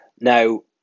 Now